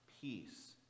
peace